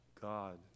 God